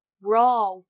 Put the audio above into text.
raw